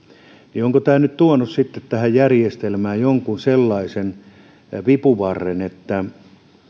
niin onko tämä nyt tuonut tähän järjestelmään jonkun sellaisen vipuvarren että